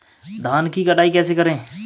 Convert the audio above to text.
धान की कटाई कैसे करें?